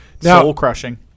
soul-crushing